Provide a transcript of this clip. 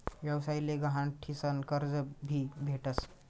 व्यवसाय ले गहाण ठीसन कर्ज भी भेटस